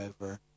over